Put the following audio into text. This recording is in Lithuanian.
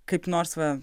kaip nors va